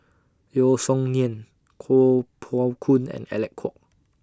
Yeo Song Nian Kuo Pao Kun and Alec Kuok